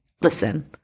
listen